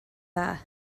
dda